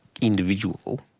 individual